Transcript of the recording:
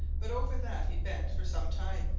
but over that he bent for some time,